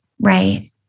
right